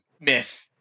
myth